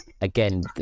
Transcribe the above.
again